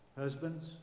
Husbands